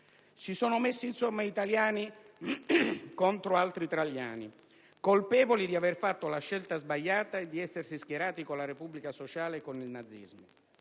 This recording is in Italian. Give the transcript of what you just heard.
Si sono messi, insomma, italiani contro altri italiani, colpevoli di aver fatto la scelta sbagliata e di essersi schierati con la Repubblica sociale e con il nazismo.